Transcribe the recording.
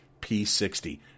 P60